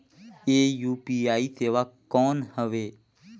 ये यू.पी.आई सेवा कौन हवे?